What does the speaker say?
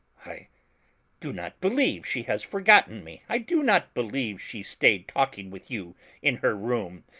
i do not believe she has forgotten me i do not believe she stayed talking with you in her room.